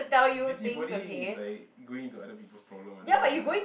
busybodying is like going into other people's problems I don't really do that